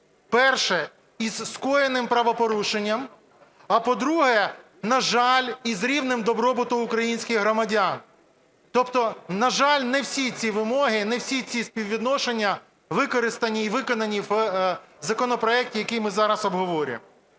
перше – із скоєним правопорушенням, а, по-друге, на жаль, із рівнем добробуту українських громадян. Тобто, на жаль, не всі ці вимоги, не всі ці співвідношення використані і виконані в законопроекті, який ми зараз обговорюємо.